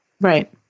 Right